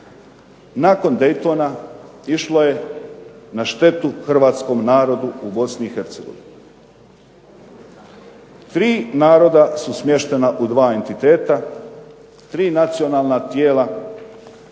nakon Daytona išlo je na štetu hrvatskom narodu u Bosni i Hercegovini. Tri naroda su smještena u dva entiteta, tri nacionalna tijela